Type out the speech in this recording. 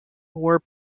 were